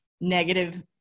negative